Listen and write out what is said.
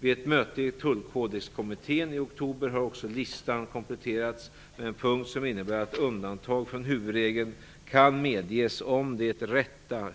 Vid ett möte i tullkodexkommittén i oktober har också listan kompletterats med en punkt som innebär att undantag från huvudregeln kan medges om det "rätta"